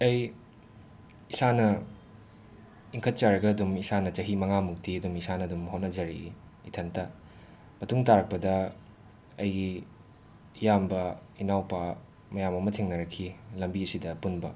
ꯑꯩ ꯏꯁꯥꯅ ꯏꯪꯈꯠꯆꯔꯒ ꯑꯗꯨꯝ ꯏꯁꯥꯅ ꯆꯍꯤ ꯃꯉꯥ ꯃꯨꯛꯇꯤ ꯑꯗꯨꯝ ꯏꯁꯥꯅ ꯑꯗꯨꯝ ꯍꯣꯠꯅꯖꯔꯛꯏ ꯏꯊꯟꯇ ꯃꯇꯨꯡ ꯇꯥꯔꯛꯄꯗ ꯑꯩꯒꯤ ꯏꯌꯥꯝꯕ ꯏꯅꯥꯎꯄꯥ ꯃꯌꯥꯝ ꯑꯃ ꯊꯦꯡꯅꯔꯛꯈꯤ ꯂꯝꯕꯤꯁꯤꯗ ꯄꯨꯟꯕ